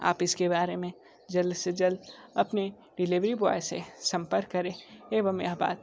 आप इसके बारे में जल्द से जल्द अपने डिलीवरी बॉय से सम्पर्क करें एवं यह बात